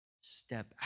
step